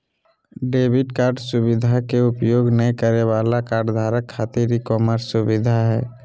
debit card सुवधा के उपयोग नय करे वाला कार्डधारक खातिर ई कॉमर्स सुविधा हइ